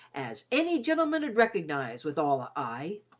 as any gentleman u'd reckinize with all a heye.